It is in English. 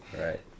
right